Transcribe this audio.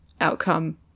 outcome